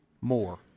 more